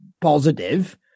positive